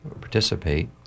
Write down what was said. participate